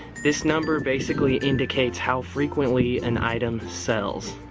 this number basically indicates how frequently an item sells.